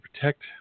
protect